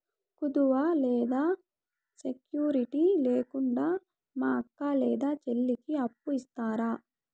కుదువ లేదా సెక్యూరిటి లేకుండా మా అక్క లేదా చెల్లికి అప్పు ఇస్తారా?